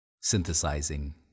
synthesizing